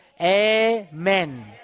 Amen